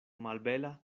malbela